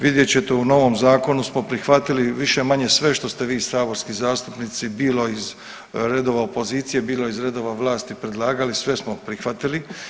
Vidjet ćete u novom zakonu smo prihvatili više-manje sve što ste vi saborski zastupnici bili iz redova opozicije, bilo iz redova vlasti predlagali, sve smo prihvatili.